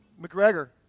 McGregor